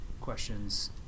questions